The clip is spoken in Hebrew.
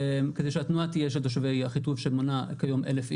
כדי שהתנועה תהיה של תושבי אחיטוב שמונה כיום 1,000 איש.